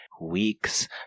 weeks